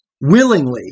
willingly